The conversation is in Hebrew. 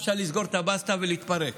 אפשר לסגור את הבסטה ולהתפרק.